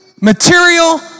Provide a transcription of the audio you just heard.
material